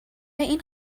این